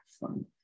fun